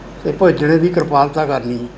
ਅਤੇ ਭੇਜਣੇ ਦੀ ਕਿਰਪਾਲਤਾ ਕਰਨੀ ਜੀ